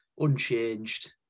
Unchanged